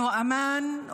להלן תרגומם.)